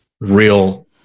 real